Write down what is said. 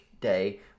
day